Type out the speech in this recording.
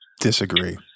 Disagree